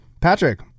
Patrick